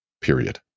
period